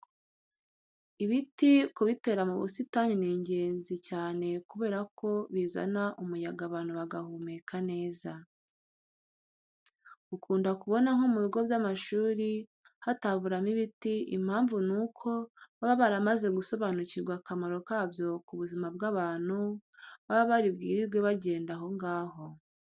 Ibiti kubitera mu busitani ni ingenzi cyane kubera ko bizana umuyaga abantu bagahumeka neza. Ukunda kubona nko mu bigo by'amashuri hataburamo ibiti, impamvu ni uko baba baramaze gusobanukirwa akamaro kabyo ku buzima bw'abantu baba bari bwirirwe bagenda aho ngaho.